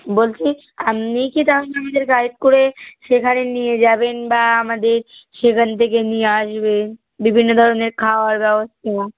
বলছি আপনিই কি তাহলে আমাদের গাইড করে সেখানে নিয়ে যাবেন বা আমাদের সেখান থেকে নিয়ে আসবেন বিভিন্ন ধরনের খাওয়ার ব্যবস্থা